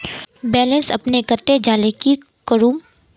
Balance अपने कते जाले की करूम?